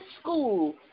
school